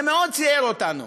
זה מאוד ציער אותנו,